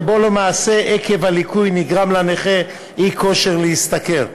שבו למעשה עקב הליקוי נגרם לנכה אי-כושר להשתכר.